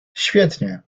świetnie